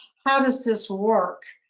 how does this work?